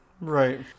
right